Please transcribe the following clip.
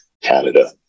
Canada